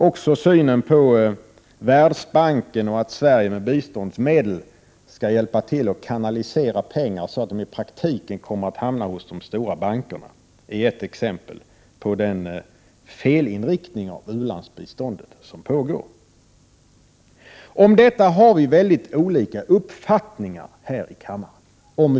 Också synen på Världsbanken och på att svenska biståndsmedel skall användas till att kanalisera pengar på ett sådant sätt att de i praktiken kommer att hamna hos de stora bankerna är ett exempel på den felinriktning av u-landsbiståndet som pågår. Om biståndets inriktning har vi väldigt olika uppfattningar här i kammaren.